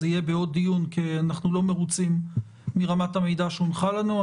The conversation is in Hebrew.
זה יהיה בעוד דיון כי אנחנו לא מרוצים מרמת המידע שהונחה לנו.